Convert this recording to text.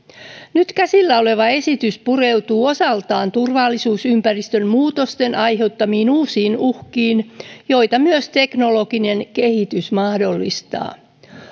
nyt käsillä oleva esitys pureutuu osaltaan turvallisuusympäristön muutosten aiheuttamiin uusiin uhkiin joita myös teknologinen kehitys mahdollistaa